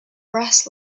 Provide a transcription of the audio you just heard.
brass